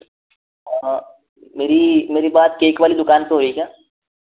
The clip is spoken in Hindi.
मेरी मेरी बात केक वाली दुकान पर हो रही है क्या